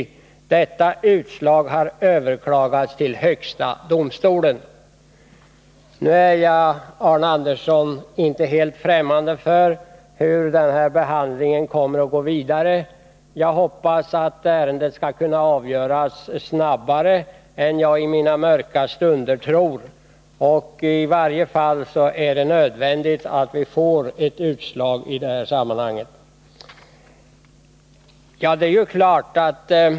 Detta utslag har överklagats till Högsta Domstolen.” Arne Andersson är ju inte helt främmande för hur den här frågan kommer att behandlas. Jag hoppas att ärendet skall avgöras fortare än jag i mina mörka stunder tror. I varje fall är det här nödvändigt med ett domstolsutslag.